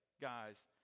guys